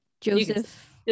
Joseph